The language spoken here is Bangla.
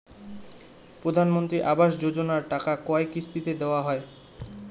প্রধানমন্ত্রী আবাস যোজনার টাকা কয় কিস্তিতে দেওয়া হয়?